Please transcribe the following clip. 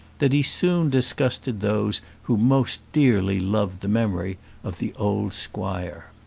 that he soon disgusted those who most dearly loved the memory of the old squire.